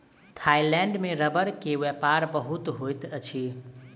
Thailand में रबड़ के व्यापार बहुत होइत अछि